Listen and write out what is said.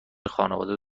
خانواده